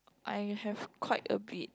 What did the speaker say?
I have quite a bit